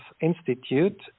Institute